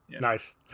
Nice